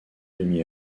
demi